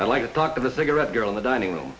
i like to talk to the cigarette girl in the dining room